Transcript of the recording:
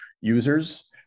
users